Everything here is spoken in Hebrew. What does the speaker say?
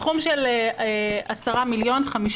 אנחנו מבקשים להוסיף סכום של 10 מיליון - חמישה